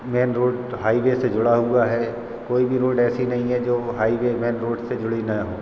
में road highway से जुड़ा हुआ है कोई भी रोड ऐसे नहीं है जो हाइवे मेन रोड से जुड़ी नहीं हो